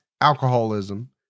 Alcoholism